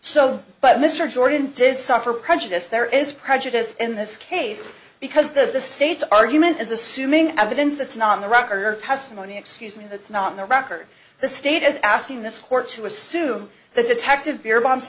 so but mr jordan does suffer prejudice there is prejudice in this case because the state's argument is assuming evidence that's not in the record or testimony excuse me that's not in the record the state is asking this court to assume the detective beer bombs